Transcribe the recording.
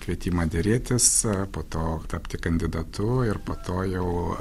kvietimą derėtis po to tapti kandidatu ir po to jau